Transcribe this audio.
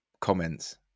comments